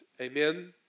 Amen